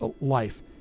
life